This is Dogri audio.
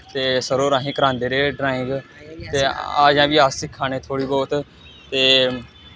ते सर होर असेंगी करांदे रेह् ड्राईंग ते अजें बी अस सिक्खा ने थोह्ड़ी बोह्त ते